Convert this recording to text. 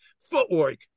footwork